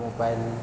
mobile